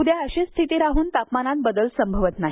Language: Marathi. उद्याही अशीच स्थिती राहून तापमानात बदल संभवत नाही